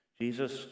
Jesus